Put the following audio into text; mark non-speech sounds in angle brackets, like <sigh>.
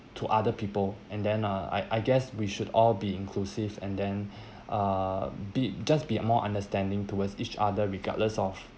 to other people and then uh I I guess we should all be inclusive and then <breath> uh be just be more understanding towards each other regardless of